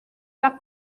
las